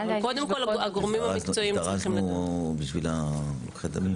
הזדרזנו בשביל לוקחי הדמים.